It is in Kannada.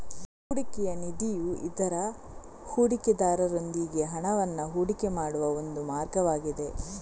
ಹೂಡಿಕೆಯ ನಿಧಿಯು ಇತರ ಹೂಡಿಕೆದಾರರೊಂದಿಗೆ ಹಣವನ್ನ ಹೂಡಿಕೆ ಮಾಡುವ ಒಂದು ಮಾರ್ಗವಾಗಿದೆ